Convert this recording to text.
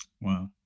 Wow